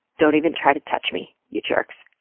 don't even try to touch me, you jerks.